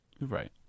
Right